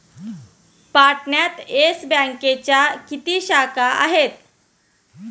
पाटण्यात येस बँकेच्या किती शाखा आहेत?